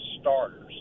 starters